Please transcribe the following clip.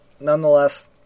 nonetheless